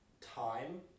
time